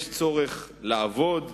יש צורך לעבוד,